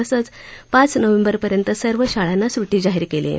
तसंच पाच नोव्हेंबरपर्यंत सर्व शाळांना सुट्टी जाहीर केली आहे